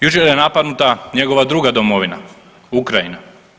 Jučer je napadnuta njegova druga domovina, Ukrajina.